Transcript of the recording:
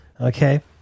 Okay